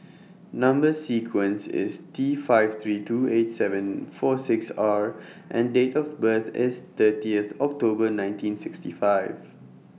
Number sequence IS T five three two eight seven four six R and Date of birth IS thirtyth October nineteen sixty five